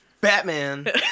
Batman